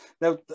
now